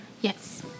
Yes